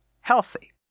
healthy